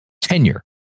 tenure